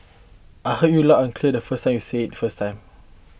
I heard you loud and clear for say you said it first time